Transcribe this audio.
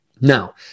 Now